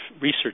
research